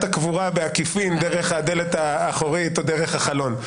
הקבורה בעקיפין דרך הדלת האחורית או דרך החלון.